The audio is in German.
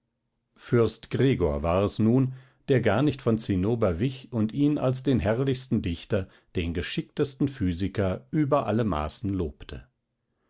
fürst gregor war es nun der gar nicht von zinnober wich und ihn als den herrlichsten dichter den geschicktesten physiker über alle maßen lobte